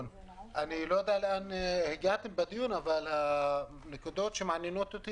לאן הגעתם בדיון אבל הנקודות שמעניינות אותי